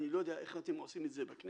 אני לא יודע איך אתם עושים את זה בכנסת.